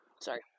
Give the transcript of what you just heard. Sorry